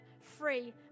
free